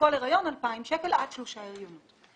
לכל הריון 2,000 שקלים, עד שלושה הריונות.